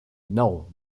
genau